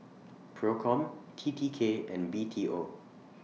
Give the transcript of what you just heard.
PROCOM T T K and B T O